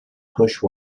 push